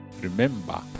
Remember